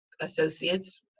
associates